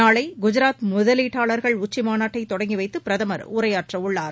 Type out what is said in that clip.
நாளை குஜராத் முதலீட்டாளர்கள் உச்சி மாநாட்டை தொடங்கி வைத்து பிரதமர் உரையாற்றவுள்ளார்